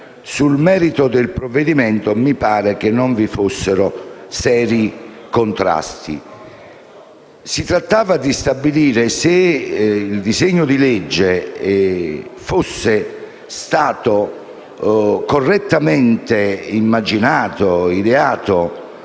sul merito del provvedimento mi pare non vi fossero seri contrasti. Si trattava di stabilire se il disegno di legge fosse stato correttamente immaginato e ideato